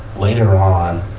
later on,